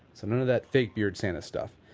so none of that fake beard santa stuff.